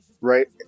right